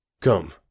COME